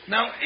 Now